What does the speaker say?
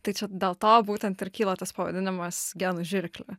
tai čia dėl to būtent ir kyla tas pavadinimas genų žirklė